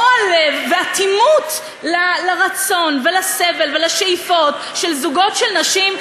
רוע לב ואטימות לרצון ולסבל ולשאיפות של זוגות של נשים,